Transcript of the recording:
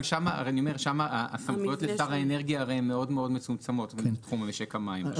אבל הסמכויות לשר האנרגיה הן הרי מאוד-מאוד מצומצמות בתחום משק המים.